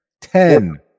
Ten